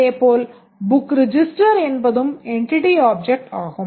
அதேபோல book register என்பதும் Entity Object ஆகும்